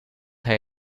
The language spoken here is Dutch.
hij